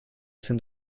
sind